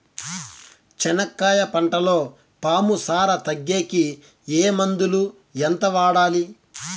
చెనక్కాయ పంటలో పాము సార తగ్గేకి ఏ మందులు? ఎంత వాడాలి?